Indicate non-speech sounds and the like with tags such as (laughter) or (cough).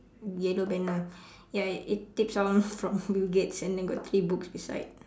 yellow banner (breath) ya it tips (laughs) from bill-gates and then got three books beside